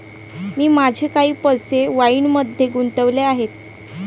मी माझे काही पैसे वाईनमध्येही गुंतवले आहेत